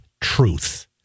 truth